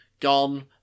gone